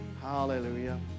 Hallelujah